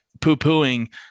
poo-pooing